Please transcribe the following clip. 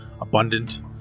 abundant